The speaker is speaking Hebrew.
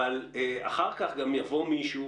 אבל אחר כך גם יבוא מישהו